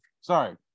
sorry